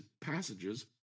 passages